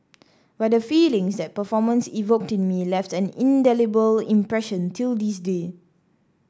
but the feelings that performance evoked in me left an indelible impression till this day